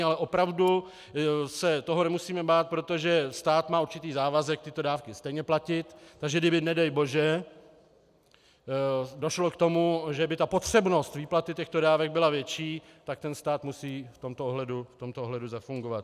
Ale opravdu se toho nemusíme bát, protože stát má určitý závazek tyto dávky stejně platit, takže kdyby nedej bože došlo k tomu, že by potřebnost výplaty těchto dávek byla větší, tak ten stát musí v tomto ohledu zafungovat.